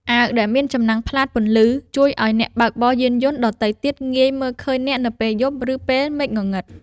អាវដែលមានចំណាំងផ្លាតពន្លឺ ជួយឱ្យអ្នកបើកបរយានយន្តដទៃទៀតងាយមើលឃើញអ្នកនៅពេលយប់ ឬពេលមេឃងងឹត។